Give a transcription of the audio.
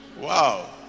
Wow